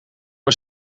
een